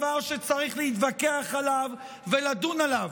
דבר שצריך להתווכח עליו ולדון עליו,